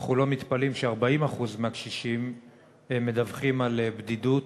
אנחנו לא מתפלאים ש-40% מהקשישים מדווחים על בדידות,